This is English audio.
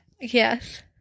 Yes